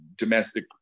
domestic